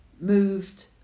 moved